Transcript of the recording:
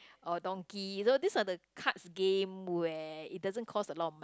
or Donkey you know these are the cards game where it doesn't cost a lot of money